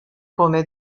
come